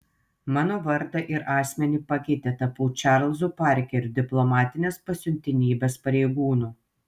mano vardą ir asmenį pakeitė tapau čarlzu parkeriu diplomatinės pasiuntinybės pareigūnu